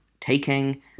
taking